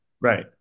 Right